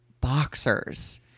boxers